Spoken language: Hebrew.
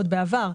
עוד בעבר,